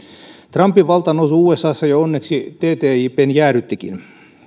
trumpin valtaannousu usassa onneksi jo ttipn jäädyttikin